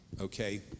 okay